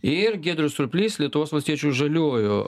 ir giedrius surplys lietuvos valstiečių ir žaliųjų